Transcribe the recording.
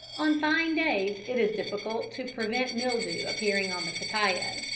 on fine days it is difficult to prevent mildew appearing on the cacao,